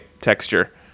texture